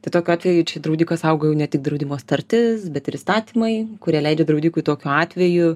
tai tokiu atveju draudiką saugo jau ne tik draudimo sutartis bet ir įstatymai kurie leidžia draudikui tokiu atveju